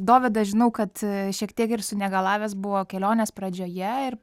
dovydą žinau kad šiek tiek ir sunegalavęs buvo kelionės pradžioje ir